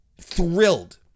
thrilled